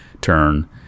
turn